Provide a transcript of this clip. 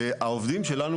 העובדים שלנו,